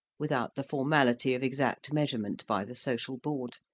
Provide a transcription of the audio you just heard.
without the formality of exact measurement by the social board.